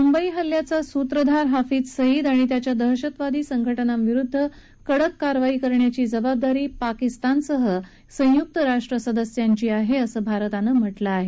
मुंबई हल्ल्याचा सुत्रधार हफीज सईद आणि त्याच्या दहशतवादी संघटनांविरुद्ध कडक करण्याची जबाबदारी पाकिस्तान सहीत संयुक्त राष्ट्र सदस्यांची आहे असं भारतानं म्हटलं आहे